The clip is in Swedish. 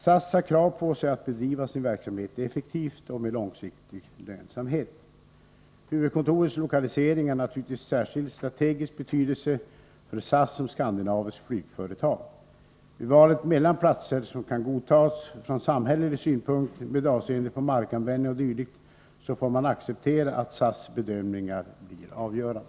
SAS har krav på sig att bedriva sin verksamhet effektivt och med långsiktig lönsamhet. Huvudkontorets lokalisering har naturligtvis särskild strategisk betydelse för SAS som skandinaviskt flygföretag. Vid valet mellan platser som kan godtas från samhällelig synpunkt med avseende på markanvändning o.d. får man acceptera att SAS bedömningar blir avgörande.